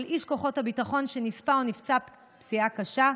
איש כוחות הביטחון שנספה או נפצע פציעה קשה,